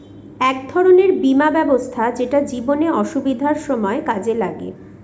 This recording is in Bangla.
এক ধরনের বীমা ব্যবস্থা যেটা জীবনে অসুবিধার সময় কাজে লাগে